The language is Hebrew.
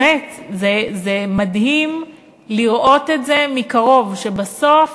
באמת, זה מדהים לראות את זה מקרוב, שבסוף